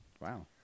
Wow